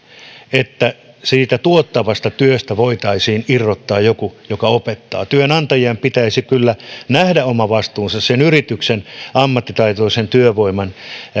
että siitä tuottavasta työstä voitaisiin irrottaa joku joka opettaa työnantajien pitäisi kyllä nähdä oma vastuunsa sen yrityksen ammattitaitoisen työvoiman